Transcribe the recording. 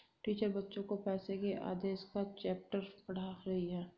teacher बच्चो को पैसे के आदेश का चैप्टर पढ़ा रही हैं